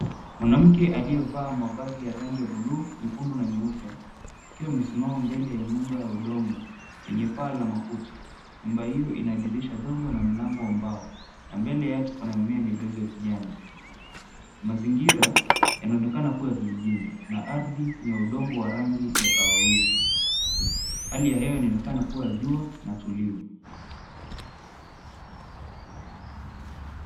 Mwanamke aliyevaa mavazi ya rangi ya b𝑢luu, nyekundu na nyeupe akiwa amesimama mbele ya nyumba ya udongo yenye paa la makuti. Nyumba hiyo inadirisha ndogo na mlango wa mbao na mbele yake kuna mimea midogo ya kijani. 𝑀azingira yanaonekana kuwa ya kijijini na ardhi ni ya udongo wa rangi ya kahawia. Hali ya hewa inaonekana kuwa ya jua na tulivu.